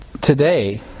today